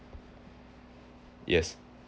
yes